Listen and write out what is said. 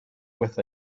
with